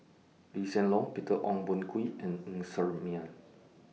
Lee Hsien Loong Peter Ong Boon Kwee and Ng Ser Miang